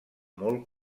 molt